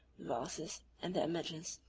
vases, and the images,